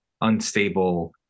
unstable